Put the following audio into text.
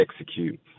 execute